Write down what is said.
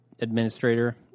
administrator